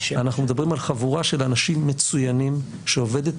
אנחנו מדברים על חבורה של אנשים מצוינים שעובדת